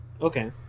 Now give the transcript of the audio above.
okay